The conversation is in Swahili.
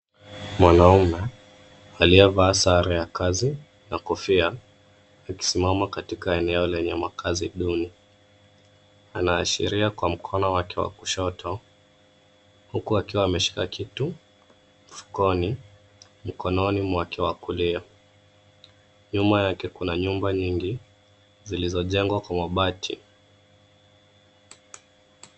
Mwanaume aliyevaa sare ya kazi na kofia akisimama katika eneo lenye makazi duni. Anaashiria kwa mkono wake wa kushoto huku akiwa ameshika kitu mfukoni, mkononi mwake wa kulia. Nyuma yake kuna nyumba mingi zilizojengwa kwa mabati.